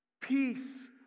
peace